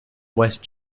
west